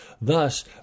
Thus